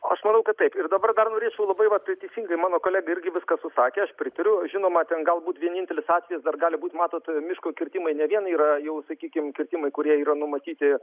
aš manau kad taip ir dabar dar labai vat tei teisingai mano kolega irgi viską susakęs aš pritariu žinoma ten galbūt vienintelis atvejis dar gali būt matot miško kirtimai ne vien yra jau sakykim kirtimai kurie yra numatyti